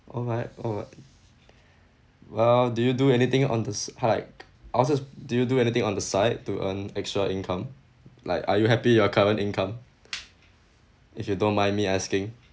alright alright uh did you do anything on the s~ highlight or just did you do anything on the side to earn extra income like are you happy with your current income if you don't mind me asking